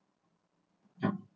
yup